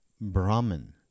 Brahman